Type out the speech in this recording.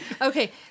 Okay